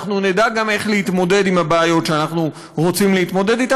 אנחנו נדע גם איך להתמודד עם הבעיות שאנחנו רוצים להתמודד אתן,